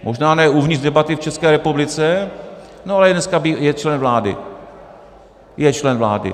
Možná ne uvnitř debaty v České republice no ale dneska je členem vlády, je člen vlády.